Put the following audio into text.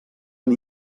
han